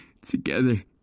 Together